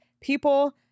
people